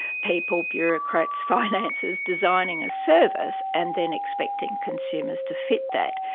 people, bureaucrats, finances designing a service and then expecting consumers to fit that.